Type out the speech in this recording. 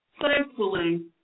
Thankfully